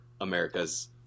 america's